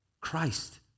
Christ